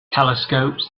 telescopes